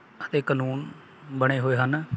ਅਤੇ ਕਾਨੂੰਨ ਬਣੇ ਹੋਏ ਹਨ